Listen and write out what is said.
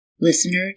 Listener